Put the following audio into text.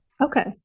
Okay